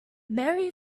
mary